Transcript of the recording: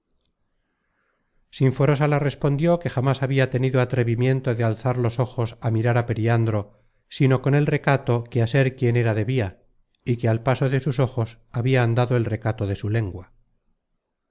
sinforosa la respondió que jamas habia tenido atrevimiento de alzar los ojos á mirar á periandro sino con el recato que á ser quien era debia y que al paso de sus ojos habia andado el recato de su lengua